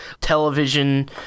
television